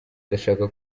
ndashaka